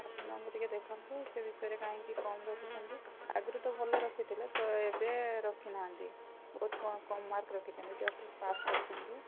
ଆପଣ ତାଙ୍କୁ ଟିକେ ଦେଖନ୍ତୁ ସେ ବିଷୟରେ କାହିଁକି କମ ରଖିଛନ୍ତି ଆଗରୁ ଭଲ ରଖିଥିଲେ ତ ଏବେ ରଖି ନାହାନ୍ତି ଦହୁତ କମ ମାର୍କ ରଖିଛନ୍ତି ଜଷ୍ଟ ପାସ କରିଛନ୍ତି